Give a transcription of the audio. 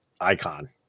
icon